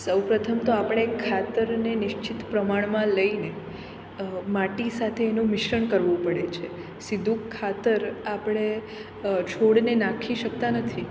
સૌપ્રથમ તો આપણે ખાતરને નિશ્ચિત પ્રમાણમાં લઈને માટી સાથે એનું મિશ્રણ કરવું પડે છે સીધું ખાતર આપણે છોડને નાખી શકતા નથી